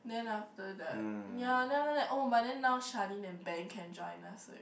then after that ya then after that oh but then now then Shirlyn and Ben can drive us already